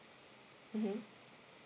mmhmm